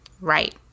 Right